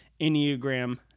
Enneagram